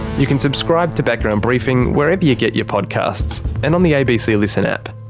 you can subscribe to background briefing wherever you get your podcasts, and on the abc listen app.